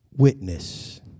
witness